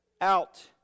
out